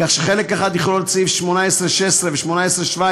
כך שחלק אחד יכלול את סעיף 18(16) ו-18(17),